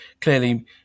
clearly